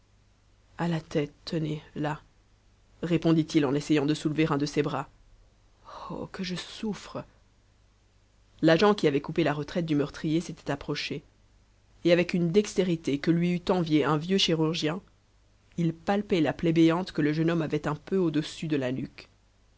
à la tête tenez là répondit-il en essayant de soulever un de ses bras oh que je souffre l'agent qui avait coupé la retraite du meurtrier s'était approché et avec une dextérité qui lui eût enviée un vieux chirurgien il palpait la plaie béante que le jeune homme avait un peu au-dessus de la nuque